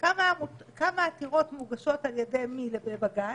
כמה עתירות מוגשות ועל ידי מי לבג"ץ,